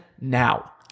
now